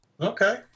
Okay